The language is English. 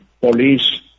police